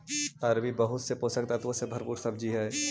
अरबी बहुत से पोषक तत्वों से भरपूर सब्जी हई